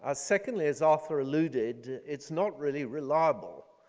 ah secondly, his author alluded it's not really reliable.